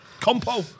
Compo